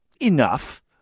enough